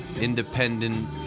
independent